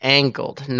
angled